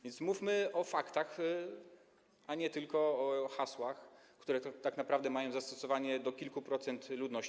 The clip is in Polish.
A zatem mówmy o faktach, a nie tylko o hasłach, które tak naprawdę mają zastosowanie do kilku procent ludności.